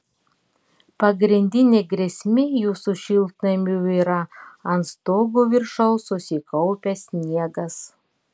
pagrindinė grėsmė jūsų šiltnamiui yra ant stogo viršaus susikaupęs sniegas